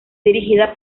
dirigida